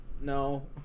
no